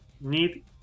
need